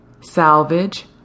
salvage